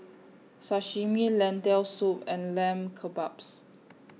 Sashimi Lentil Soup and Lamb Kebabs